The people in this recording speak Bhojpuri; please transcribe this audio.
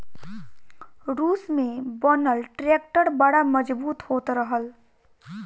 रूस में बनल ट्रैक्टर बड़ा मजबूत होत रहल